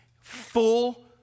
full